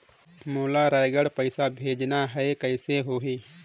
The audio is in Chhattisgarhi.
मोला रायगढ़ पइसा भेजना हैं, कइसे होही?